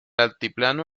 altiplano